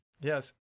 Yes